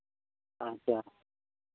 ᱟᱪᱪᱷᱟ